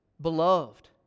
beloved